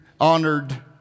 honored